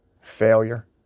failure